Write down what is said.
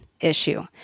issue